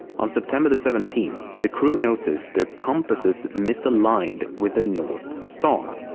on september the seventeenth the crew noticed their compasses misaligned with the north star.